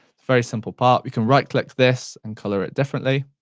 very simple part. you can right click this and colour it differently.